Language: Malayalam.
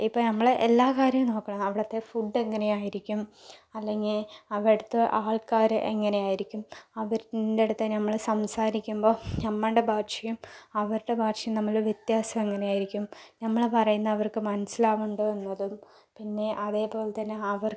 ഇപ്പോൾ നമ്മൾ എല്ലാ കാര്യവും നോക്കണം അവിടുത്തെ ഫുഡ് എങ്ങിനെ ആയിരിക്കും അല്ലെങ്കിൽ അവിടുത്തെ ആൾക്കാർ എങ്ങിനെ ആയിരിക്കും അവരുടെ അടുത്ത് നമ്മൾ സംസാരിക്കുമ്പോൾ നമ്മളുടെ ഭാഷയും അവരുടെ ഭാഷയും തമ്മിലുള്ള വ്യത്യാസം എങ്ങിനെ ആയിരിക്കും നമ്മൾ പറയുന്നത് അവർക്ക് മനസ്സിലാവുന്നുണ്ടോ എന്നതും പിന്നെ അതേപോലെ തന്നെ അവർക്ക്